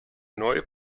neue